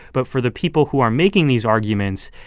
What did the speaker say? but for the people who are making these arguments,